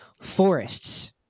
forests